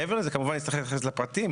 מעבר לזה נצטרך להתייחס לפרטים,